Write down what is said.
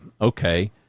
okay